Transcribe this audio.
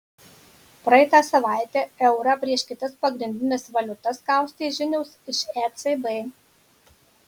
praeitą savaitę eurą prieš kitas pagrindines valiutas kaustė žinios iš ecb